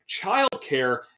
childcare